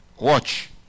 Watch